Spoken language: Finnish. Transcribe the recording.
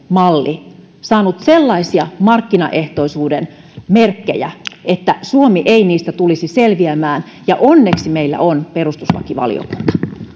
malli saanut sellaisia markkinaehtoisuuden merkkejä että suomi ei niistä tulisi selviämään onneksi meillä on perustuslakivaliokunta